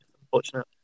unfortunate